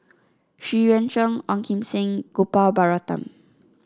Xu Yuan Zhen Ong Kim Seng and Gopal Baratham